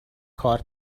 کار